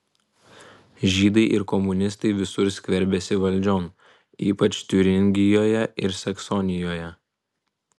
žydai ir komunistai visur skverbiasi valdžion ypač tiuringijoje ir saksonijoje